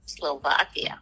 Slovakia